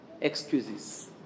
excuses